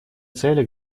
цели